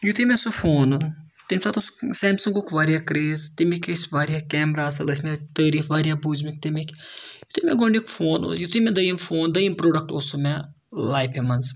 یِتھُے مےٚ سُہ فون اوٚن تَمہِ ساتہٕ اوس سیمسنگُک واریاہ کریز تَمِکۍ ٲسۍ واریاہ کیمرا اَصٕل ٲسۍ مےٚ تٲریٖف واریاہ بوٗزمٕتۍ تِمِکۍ تہٕ یِتھُے مےٚ گۄڈٕنیُک فون اوٚن یِتھُے مےٚ دوٚیٕم فون دوٚیِم پروڈَکٹ اوس سُہ مےٚ لایفہِ منٛز